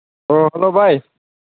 ꯑꯣ ꯍꯂꯣ ꯚꯥꯏ